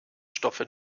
stoffe